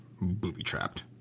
booby-trapped